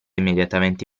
immediatamente